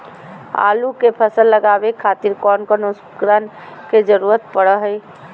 आलू के फसल लगावे खातिर कौन कौन उपकरण के जरूरत पढ़ो हाय?